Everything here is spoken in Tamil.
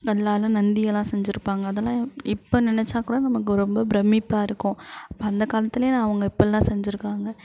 கல்லால் நந்தியெல்லாம் செஞ்சுருப்பாங்க அதலாம் இப்போ நினச்சாக்கூட நமக்கு ரொம்ப பிரமிப்பாக இருக்கும் அந்த காலத்தில் அவங்க இப்பிட்லாம் செஞ்சுருக்காங்க